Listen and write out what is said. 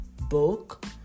book